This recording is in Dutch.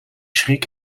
schrik